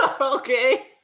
Okay